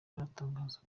aratangaza